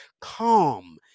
calm